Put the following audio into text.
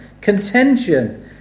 contention